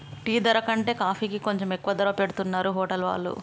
tea ధర కంటే కాఫీకి కొంచెం ఎక్కువ ధర పెట్టుతున్నరు హోటల్ వాళ్ళు